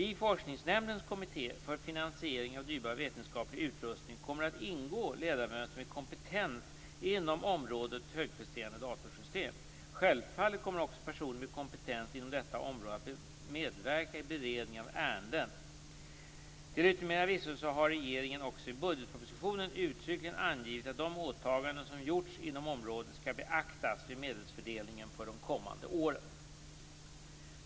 I Forskningsrådsnämndens kommitté för finansiering av dyrbar vetenskaplig utrustning kommer att ingå ledamöter med kompetens inom området högpresterande datorsystem. Självfallet kommer också personer med kompetens inom detta område att medverka i beredningen av ärenden. Till yttermera visso har regeringen också i budgetpropositionen uttryckligen angivit att de åtaganden som gjorts inom området högpresterande datorsystem skall beaktas vid medelsfördelningen för de kommande åren.